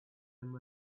him